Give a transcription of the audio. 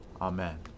Amen